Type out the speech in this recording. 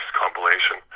compilation